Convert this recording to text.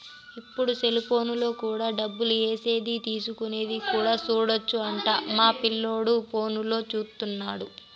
ఇప్పుడు సెలిపోనులో కూడా డబ్బులు ఏసేది తీసుకునేది కూడా సూడొచ్చు అంట మా పిల్లోడు ఫోనులో చూత్తన్నాడు